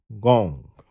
Gong